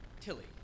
Tilly